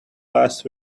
last